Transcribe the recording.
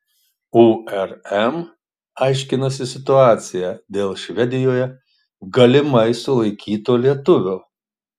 urm aiškinasi situaciją dėl švedijoje galimai sulaikyto lietuvio